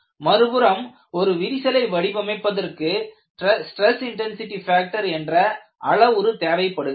மறுபுறம் ஒரு விரிசலை வடிவமைப்பதற்கு ஸ்டிரஸ் இன்டன்சிடி ஃபேக்டர் என்ற அளவுரு தேவைப்படுகிறது